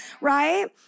right